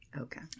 Okay